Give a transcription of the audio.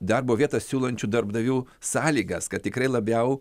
darbo vietas siūlančių darbdavių sąlygas kad tikrai labiau